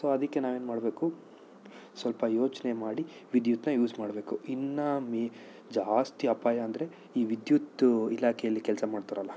so ಅದಕ್ಕೆ ನಾವೇನು ಮಾಡಬೇಕು ಸ್ವಲ್ಪ ಯೋಚನೆ ಮಾಡಿ ವಿದ್ಯುತ್ತನ್ನು ಯೂಸ್ ಮಾಡಬೇಕು ಇನ್ನೂ ಮಿ ಜಾಸ್ತಿ ಅಪಾಯ ಅಂದರೆ ಈ ವಿದ್ಯುತ್ ಇಲಾಖೆಯಲ್ಲಿ ಕೆಲಸ ಮಾಡ್ತಾರಲ್ಲ